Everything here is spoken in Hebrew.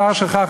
השר שלך,